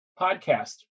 podcast